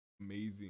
amazing